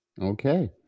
Okay